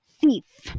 thief